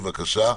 בבקשה.